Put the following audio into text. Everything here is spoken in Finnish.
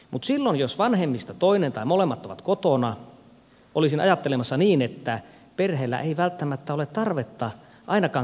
mutta silloin jos vanhemmista toinen tai molemmat ovat kotona olisin ajattelemassa niin että perheillä ei välttämättä ole tarvetta ainakaan kokoaikahoitoon